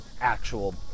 actual